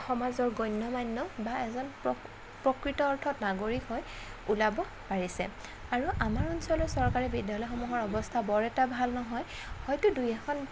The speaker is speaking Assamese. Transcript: সমাজৰ গণ্য মান্য বা এজন প্ৰ প্ৰকৃত অৰ্থত নাগৰিক হৈ ওলাব পাৰিছে আৰু আমাৰ অঞ্চলৰ চৰকাৰী বিদ্যালয়সমূহৰ অৱস্থা বৰ এটা ভাল নহয় হয়তো দুই এখন